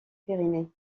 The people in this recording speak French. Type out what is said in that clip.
pyrénées